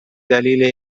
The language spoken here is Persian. دلیل